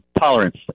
tolerance